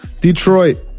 Detroit